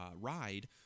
ride